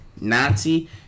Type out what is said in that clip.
Nazi